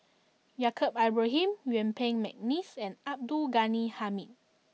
Yaacob Ibrahim Yuen Peng McNeice and Abdul Ghani Hamid